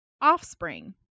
offspring